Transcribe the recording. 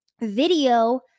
video